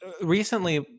recently